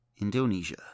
Indonesia